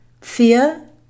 fear